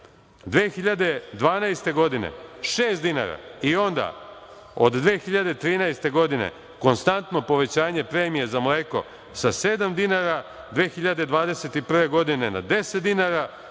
2012. godine 6 dinara, i onda od 2013. godine konstantno povećanje premije za mleko sa 7 dinara, 2021. godine na 10 dinara,